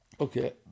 Okay